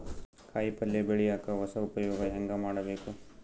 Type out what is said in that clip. ಕಾಯಿ ಪಲ್ಯ ಬೆಳಿಯಕ ಹೊಸ ಉಪಯೊಗ ಹೆಂಗ ಮಾಡಬೇಕು?